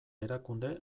erakunde